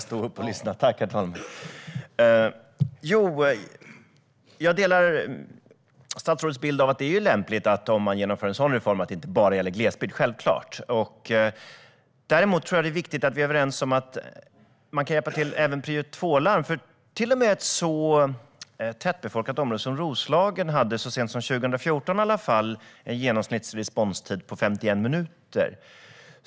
Herr talman! Jag håller med statsrådet om att det är lämpligt att en sådan reform inte bara gäller glesbygd om man genomför den - självklart. Jag tror däremot att det är viktigt att vi är överens om att man kan hjälpa till även vid prio 2-larm. Till och med ett tätbefolkat område som Roslagen hade så sent som 2014 en genomsnittlig responstid på 51 minuter.